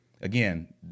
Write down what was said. again